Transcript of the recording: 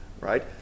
right